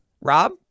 rob